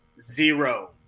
zero